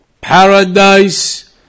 Paradise